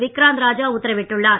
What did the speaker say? விக்ராந்த் ராஜா உத்தரவிட்டுள்ளார்